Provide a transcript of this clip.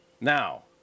Now